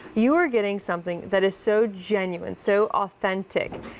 you're getting something that is so genuine, so authentic.